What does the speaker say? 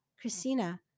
christina